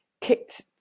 kicked